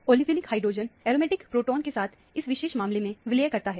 olefinic hydrogen aromatic proton के साथ इस विशेष मामले में विलय करता है